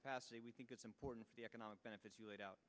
capacity we think is important for the economic benefit you laid out